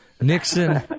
Nixon